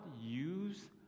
use